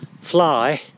fly